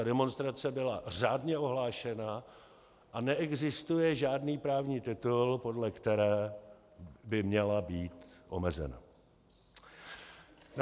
Demonstrace byla řádně ohlášena a neexistuje žádný právní titul, podle které by měla být omezena.